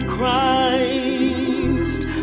Christ